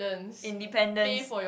independence